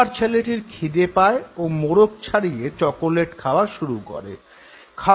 এবার ছেলেটির খিদে পায় ও মোড়ক ছাড়িয়ে চকোলেট খাওয়া শুরু করে